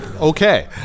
Okay